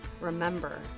Remember